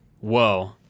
Whoa